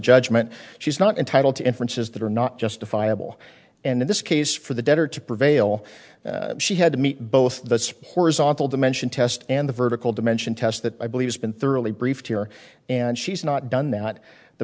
judgment she's not entitled to inferences that are not justifiable and in this case for the better to prevail she had to meet both the horizontal dimension test and the vertical dimension test that i believe has been thoroughly briefed here and she's not done that the